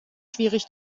schwierig